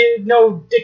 no